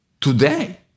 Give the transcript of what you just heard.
today